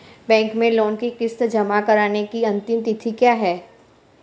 Bank में loan की किश्त जमा कराने की अंतिम तिथि क्या है?